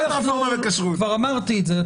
כבר אמרתי את זה.